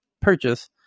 purchase